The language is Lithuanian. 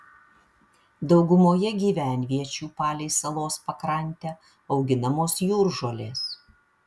daugumoje gyvenviečių palei salos pakrantę auginamos jūržolės